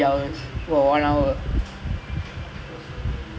okay maybe one hour conversation like ஒரு மூணு மணி நேரம் எடுக்கும்:oru moonu mani neram edukkum maybe